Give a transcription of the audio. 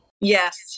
Yes